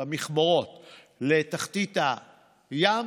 את המכמורות לתחתית הים,